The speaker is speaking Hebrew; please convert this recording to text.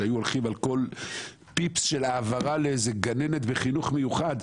שהיו הולכים על כל פיפס של העברה לגננת בחינוך מיוחד,